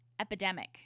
epidemic